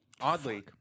oddly